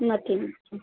नक्की नक्की